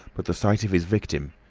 but the sight of his victim,